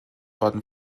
worden